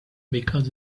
because